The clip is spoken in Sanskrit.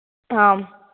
आम्